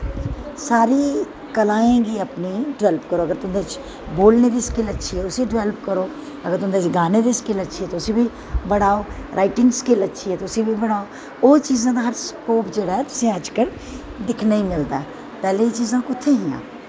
सारी कलाएं गी अपनी डिवैलप करो अगर तुंदे च बोलने दी स्किल अच्छी ऐ उस्सी डिवैलप करो अगर तुंदे च गानें दी स्किल अच्छी ऐ उस्सीबी बढ़ाओ राईटिंग स्किल अच्छी ऐ तां उस्सी बी बढ़ाओ ओह् चीजें दा स्कोप जे्हड़ा तुसें अजकल्ल दिक्खने गी मिलदा ऐ पैह्लें एह् चीज़ां कुत्थें हि'यां